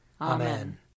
Amen